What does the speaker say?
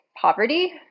poverty